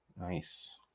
Nice